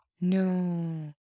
No